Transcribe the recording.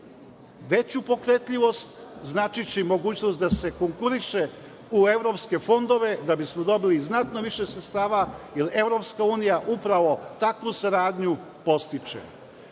veću pokretljivost, značiće i mogućnost da se konkuriše u evropske fondove da bismo dobili znatno više sredstava, jer EU upravo takvu saradnju podstiče. Kolega